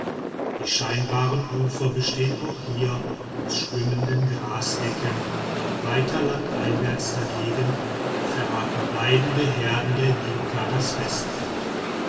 die scheinbaren ufer bestehen auch hier aus schwimmenden grasdecken weiter landeinwärts dagegen verraten weidende herden der dinka das festland